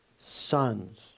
sons